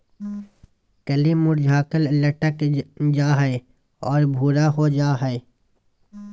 कली मुरझाकर लटक जा हइ और भूरा हो जा हइ